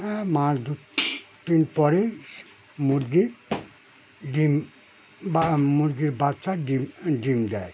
হ্যাঁ মাাস দু তিন পরেই মুরগির ডিম বা মুরগীর বাচ্চা ডিম ডিম দেয়